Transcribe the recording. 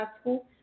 school